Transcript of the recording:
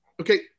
Okay